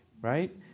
right